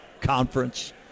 conference